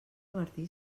martí